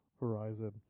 horizon